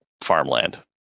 farmland